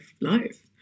life